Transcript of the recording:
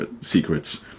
secrets